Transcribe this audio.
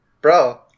bro